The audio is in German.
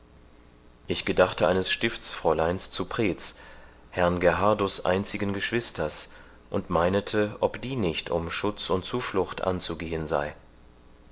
ich gedachte eines stiftsfräuleins zu preetz herrn gerhardus einzigen geschwisters und meinete ob die nicht um schutz und zuflucht anzugehen sei